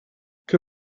que